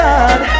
God